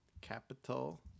Capital